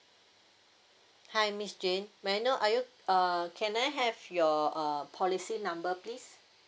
hi miss jane may I know are you err can I have your err policy number please